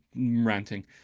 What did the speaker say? ranting